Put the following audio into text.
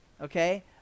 Okay